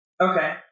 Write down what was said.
Okay